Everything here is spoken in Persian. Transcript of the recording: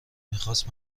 میخاست